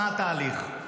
מה התהליך?